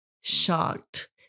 shocked